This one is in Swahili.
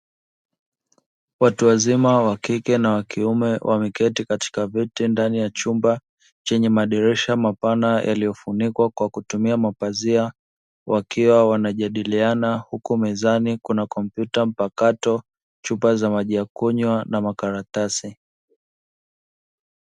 Watu wazima wa kike na wa kiume wameketi katika viti ndani ya chumba chenye madirisha mapana yaliyofunikwa kwa kutumia mapazia, wakiwa wanajadiliana huku mezani kuna kompyuta mpakato, chupa za maji ya kunywa na makaratasi.